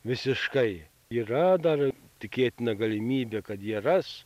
visiškai yra dar tikėtina galimybė kad jie ras